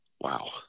wow